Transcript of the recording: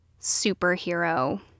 superhero